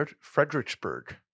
Fredericksburg